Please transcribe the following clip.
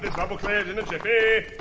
rubble cleared in a jiffy!